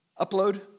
Upload